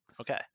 Okay